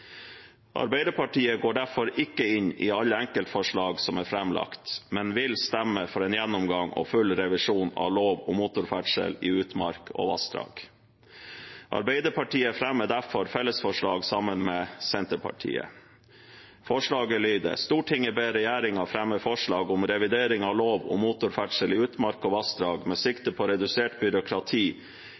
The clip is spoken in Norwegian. Arbeiderpartiet går derfor ikke inn i alle enkeltforslag som er framlagt, men vil stemme for en gjennomgang og full revisjon av lov om motorferdsel i utmark og vassdrag. Arbeiderpartiet fremmer derfor fellesforslag sammen med Senterpartiet. Forslaget lyder: «Stortinget ber regjeringen fremme forslag om revidering av lov om motorferdsel i utmark og vassdrag med sikte på redusert byråkrati